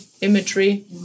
imagery